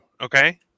Okay